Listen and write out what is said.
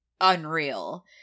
unreal